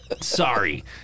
sorry